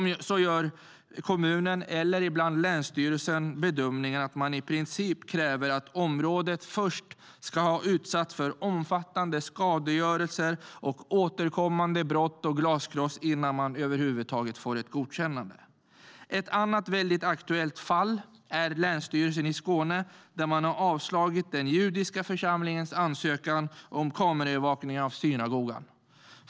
Där gör kommunen, eller ibland länsstyrelsen, bedömningen att det i princip krävs att området först ska ha utsatts för omfattande skadegörelse, återkommande brott och glaskrossning innan man över huvud taget får ett godkännande. Ett annat väldigt aktuellt fall är länsstyrelsen i Skåne. Där har man avslagit den judiska församlingens ansökan om kameraövervakning av synagogan.